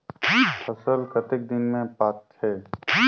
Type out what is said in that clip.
फसल कतेक दिन मे पाकथे?